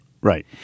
Right